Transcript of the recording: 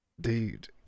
dude